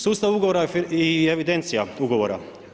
Sustav ugovora i evidencija ugovora.